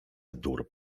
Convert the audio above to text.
dur